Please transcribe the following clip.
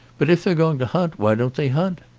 but if they're going to hunt why don't they hunt?